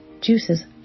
juices